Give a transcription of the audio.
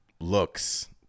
looks